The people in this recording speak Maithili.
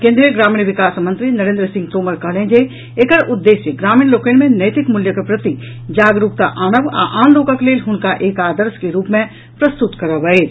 केंद्रीय ग्रामीण विकास मंत्री नरेंद्र सिंह तोमर कहलनि जे एकर उद्देश्य ग्रामीण लोकनि मे नैतिक मूल्यक प्रति जागरूकता आनब आ आन लोकक लेल हुनका एक आदर्श के रूप मे प्रस्तुत करब अछि